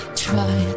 try